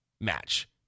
match